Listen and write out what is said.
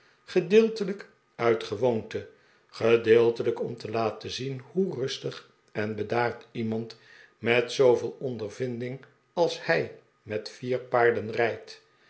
gedeeltelijk uit gewoonte gedeeltelijk om te laten zien hoe rustig en bedaard iemand met zooveel ondervinding als hij met vier paarden rijdt